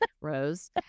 Rose